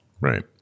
Right